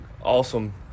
awesome